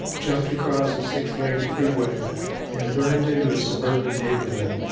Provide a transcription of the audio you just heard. jumped across a six-lane freeway and burned into a suburban neighborhood,